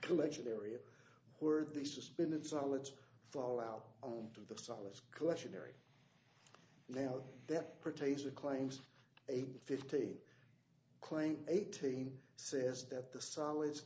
collection area where they suspended solids fall out onto the stylus cautionary now that pertains to claims eight fifteen claim eighteen says that the s